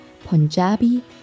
Punjabi